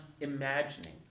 imagining